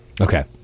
okay